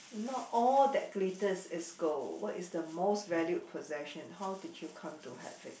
not all that glitters is gold what is the most valued possession how did you come to have it